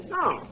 No